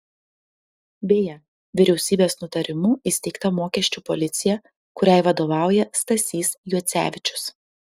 beje vyriausybės nutarimu įsteigta mokesčių policija kuriai vadovauja stasys juocevičius